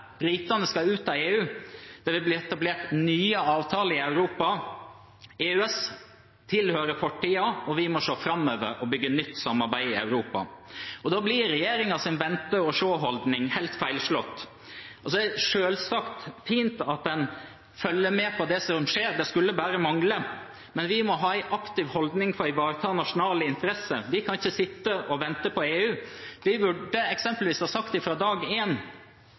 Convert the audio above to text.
Britene skal ut av EU, det vil bli etablert nye avtaler i Europa, EØS tilhører fortiden, og vi må se framover og bygge nytt samarbeid i Europa. Da blir regjeringens vente-og-se-holdning helt feilslått. Det er selvsagt fint at en følger med på det som skjer – det skulle bare mangle. Men vi må ha en aktiv holdning for å ivareta nasjonale interesser. Vi kan ikke sitte og vente på EU. Vi burde eksempelvis ha sagt fra dag